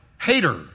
hater